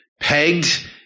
pegged